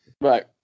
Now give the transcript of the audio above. Right